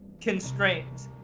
constraints